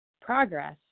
Progress